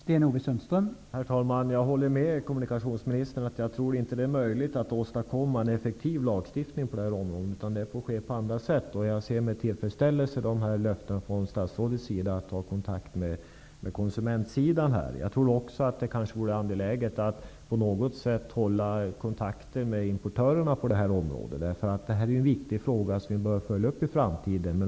Herr talman! Jag håller med kommunikationsministern. Jag tror inte att det är möjligt att åstadkomma en effektiv lagstiftning på det här området. Påtryckningar får ske på andra sätt. Jag ser med tillfredsställelse på statsrådets löften att ta kontakt med konsumentministern. Jag tror också att det vore angeläget att på något sätt hålla kontakten med importörerna på det här området. Det här är en viktig fråga, som vi bör följa upp i framtiden.